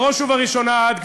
בראש ובראשונה את,